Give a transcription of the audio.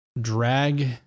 drag